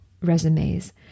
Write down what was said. resumes